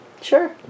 Sure